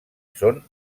són